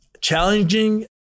challenging